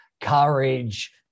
courage